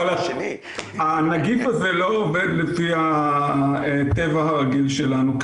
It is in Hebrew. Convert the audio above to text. אבל כנראה הנגיף הזה לא עובד לפי הטבע הרגיל שלנו.